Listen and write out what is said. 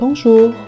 Bonjour